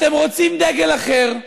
אתם רוצים דגל אחר.